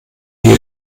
die